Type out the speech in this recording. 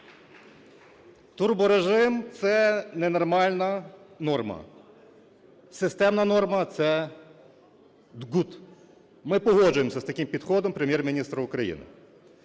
Турборежим – це ненормальна норма. Системна норма – це good. Ми погоджуємося з таким підходом Прем'єр-міністра України.